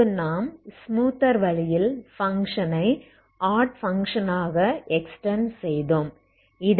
இங்கு நாம் ஸ்மூத்தர் வழியில் பங்க்ஷனை ஆட் பங்க்ஷன் ஆக எக்ஸ்டெண்ட் செய்தோம்